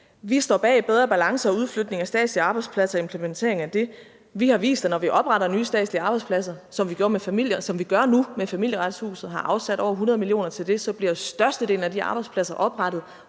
Vi står bag en bedre balance og udflytning af statslige arbejdspladser, altså implementeringen af det. Vi har vist, at når vi opretter nye statslige arbejdspladser, som vi gør nu med Familieretshuset, som vi har afsat over 100 mio. kr. til, så bliver størstedelen af de arbejdspladser oprettet